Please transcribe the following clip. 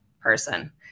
person